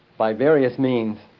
by various means,